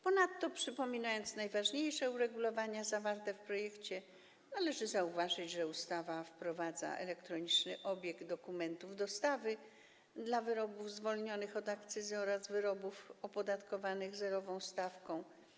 Ponadto, przypominając najważniejsze uregulowania zawarte w projekcie, należy zauważyć, że ustawa wprowadza elektroniczny obieg dokumentów dostawy dla wyrobów zwolnionych od akcyzy oraz wyrobów opodatkowanych zerową stawką.